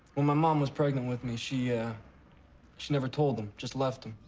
when my mom was pregnant with me, she ah she never told him. just left him.